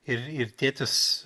ir ir tėtis